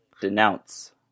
denounce